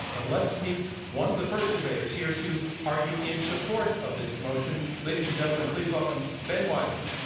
and let's meet one of the first debaters here to argue in support of this motion. ladies and gentlemen, please welcome ben wizner.